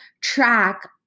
track